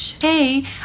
hey